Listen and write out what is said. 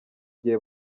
igihe